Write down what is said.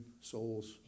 souls